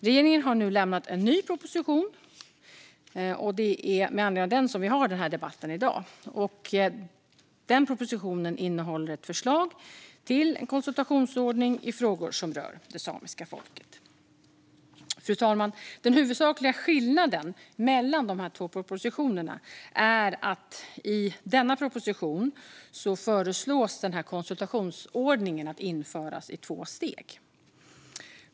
Regeringen har nu lämnat en ny proposition, och det är med anledning av den som vi har den här debatten i dag. Propositionen innehåller ett förslag till konsultationsordning i frågor som rör det samiska folket. Fru talman! Den huvudsakliga skillnaden mellan dessa två propositioner är att konsultationsordningen i denna proposition föreslås införas i två steg.